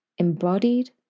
Embodied